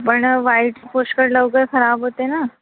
पण व्हाईट पुष्कळ लवकर खराब होते ना